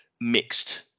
mixed